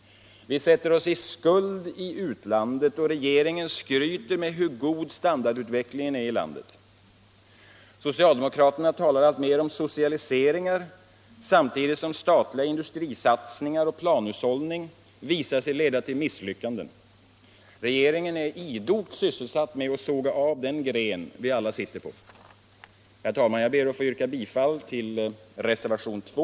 Vi sätter oss i skuld i utlandet, och regeringen skryter med hur god standardutvecklingen är i landet. Socialdemokraterna talar alltmera om socialiseringar, samtidigt som statliga industrisatsningar och planhushållning visar sig leda till misslyckanden. Regeringen är idogt sysselsatt med att såga av den gren vi alla sitter på. Herr talman! Jag ber att få yrka bifall till reservationen 2.